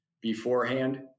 beforehand